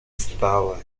стало